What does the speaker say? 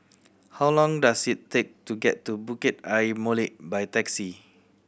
how long does it take to get to Bukit Ayer Molek by taxi